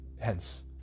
Hence